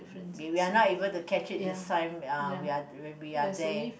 we we are not able to catch it this time uh we are when we are there